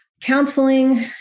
Counseling